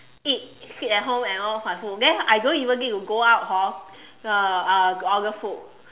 eat sit at home and on my phone then I don't even need to go out hor uh uh to order food